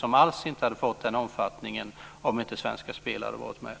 Den hade inte alls fått den omfattningen den har om inte Svenska Spel varit med.